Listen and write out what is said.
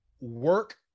work